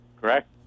Correct